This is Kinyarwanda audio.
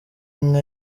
inka